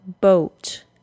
boat